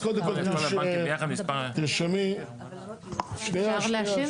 אז קודם כל תרשמי, שנייה, שנייה.